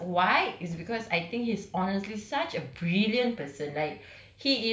it's because why is because I think he is honestly such a brilliant person like